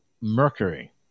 mercury